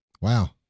Wow